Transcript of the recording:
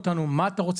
אלא על הכרה בלבד.